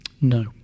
no